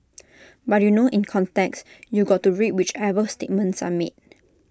but you know in context you got to read whichever statements are made